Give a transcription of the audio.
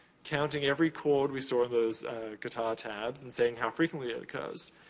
counting every chord, we saw those guitar tabs, and saying how frequently it occurs.